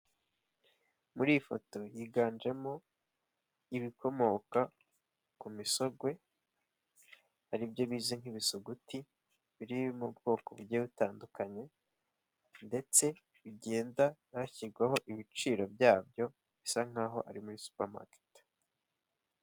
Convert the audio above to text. Muri iyi foto higanjemo ibikomoka ku misogwe, aribyo bizwi nk'ibisuguti biri mu bwoko bugiye butandukanye, ndetse bigenda hashyirwaho ibiciro byabyo bisa nk'aho ari muri supamaketi.